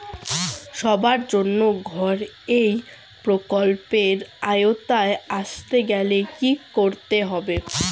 সবার জন্য ঘর এই প্রকল্পের আওতায় আসতে গেলে কি করতে হবে?